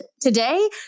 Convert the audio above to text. Today